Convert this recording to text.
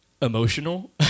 Emotional